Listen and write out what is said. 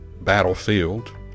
battlefield